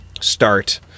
start